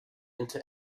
into